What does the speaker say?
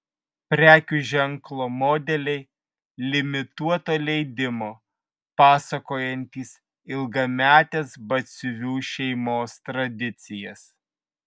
prekių ženklo modeliai limituoto leidimo pasakojantys ilgametes batsiuvių šeimos tradicijas